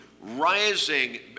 rising